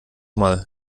mal